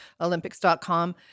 olympics.com